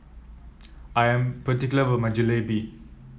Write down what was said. I am particular about my Jalebi